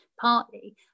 partly